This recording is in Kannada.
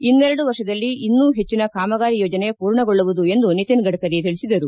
ಇನ್ನೆರಡು ವರ್ಷದಲ್ಲಿ ಇನ್ನೂ ಹೆಜ್ಜಿನ ಕಾಮಗಾರಿ ಯೋಜನೆ ಮೂರ್ಣಗೊಳ್ಳುವುದು ಎಂದು ನಿತಿನ್ ಗಡ್ಕರಿ ತಿಳಿಸಿದರು